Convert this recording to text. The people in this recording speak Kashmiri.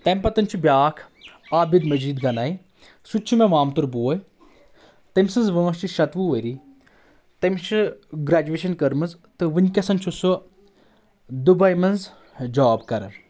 تَمہِ پتَن چھُ بِیاکھ عابد مجیٖد گنایِی سُہ تہِ چھُ مےٚ مامتُر بوے تٔمۍ سٕنٛز وٲنٛس چھِ شتوُہ ؤری تٔمِس چھِ گرَیٚجِویشَن کٔرمٕژ تہٕ وٕنکیٚسن چھُ سُہ دُبے منٛز جاب کران